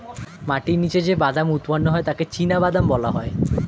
মাটির নিচে যে বাদাম উৎপন্ন হয় তাকে চিনাবাদাম বলা হয়